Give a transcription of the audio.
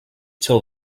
till